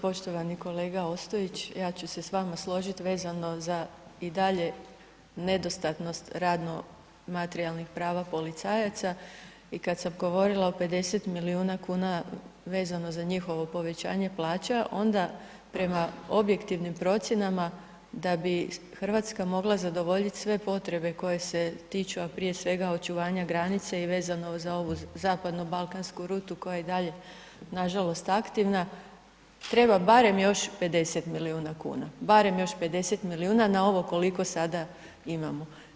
Poštovani kolega Ostojić, ja ću se s vama složit vezano za i dalje nedostatnost radno materijalnih prava policajaca i kad sam govorila o 50 milijuna kuna vezano za njihovo povećanje plaća onda prema objektivnim procjenama da bi RH mogla zadovoljit sve potrebe koje se tiču, a prije svega očuvanja granice i vezano za ovu zapadno balkansku rutu koja je i dalje nažalost aktivna, treba barem još 50 milijuna kuna, barem još 50 milijuna na ovo koliko sada imamo.